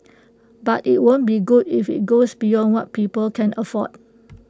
but IT won't be good if IT goes beyond what people can afford